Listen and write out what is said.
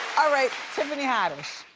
all right, tiffany haddish.